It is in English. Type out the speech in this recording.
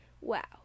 Wow